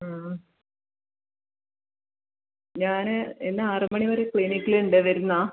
ആ ഞാൻ ഇന്ന് ആറ് മണി വരെ ക്ലിനിക്കിൽ ഉണ്ട് വരുന്നോ